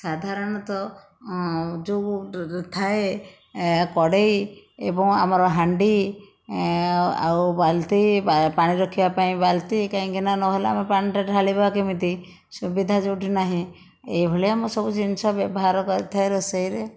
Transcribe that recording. ସାଧାରଣତଃ ଯେଉଁ ଥାଏ କଡ଼େଇ ଏବଂ ଆମର ହାଣ୍ଡି ଆଉ ବାଲ୍ଟି ପାଣି ରଖିବା ପାଇଁ ବାଲ୍ଟି କାହିଁକି ନା ନହେଲେ ଆମେ ପାଣିଟା ଢାଳିବା କେମିତି ସୁବିଧା ଯେଉଁଠି ନାହିଁ ଏଇଭଳିଆ ମୁଁ ସବୁ ଜିନିଷ ବ୍ୟବହାର କରିଥାଏ ରୋଷେଇରେ